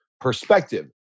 perspective